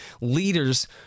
leaders